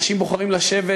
אנשים בוחרים לשבת,